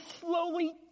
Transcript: slowly